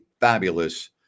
fabulous